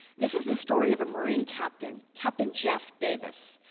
this is the story of a marine captain, captain jeff davis.